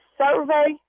survey